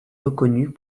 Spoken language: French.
reconnus